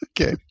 Okay